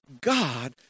God